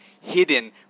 hidden